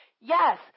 Yes